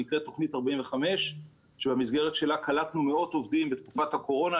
שנקראת תכנית 45 שבמסגרתה קלטנו מאות עובדים בתקופת הקורונה.